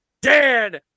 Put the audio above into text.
Dan